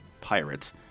pirates